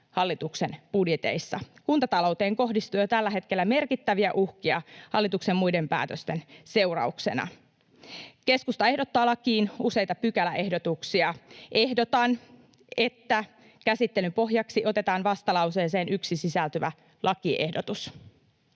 hallituksen budjeteissa. Kuntatalouteen kohdistuu jo tällä hetkellä merkittäviä uhkia hallituksen muiden päätösten seurauksena. Keskusta ehdottaa lakiin useita pykäläehdotuksia. Ehdotan, että käsittelyn pohjaksi otetaan vastalauseeseen 1 sisältyvä lakiehdotus.